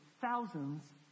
thousands